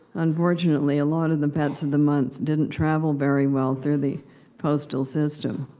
unfortunately, a lot of the pets of the month didn't travel very well through the postal system.